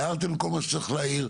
הערתם כל מה שצריך להעיר,